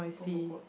promo code